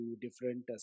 different